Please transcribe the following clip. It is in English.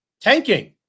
tanking